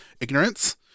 ignorance